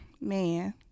man